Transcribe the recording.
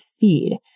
feed